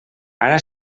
ara